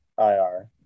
IR